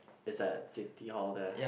is at City Hall there